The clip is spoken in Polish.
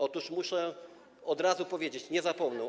Otóż muszę od razu powiedzieć: nie zapomną.